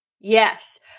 Yes